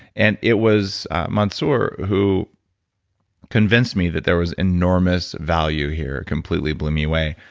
and it was mansoor who convinced me that there was enormous value here, completely blew me away.